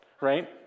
right